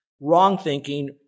wrong-thinking